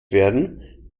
werden